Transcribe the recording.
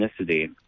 ethnicity